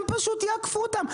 הם פשוט יעקפו אותם.